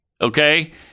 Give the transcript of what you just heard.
Okay